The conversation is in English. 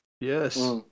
Yes